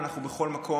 אנחנו בכל מקום.